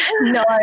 No